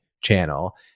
channel